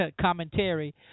commentary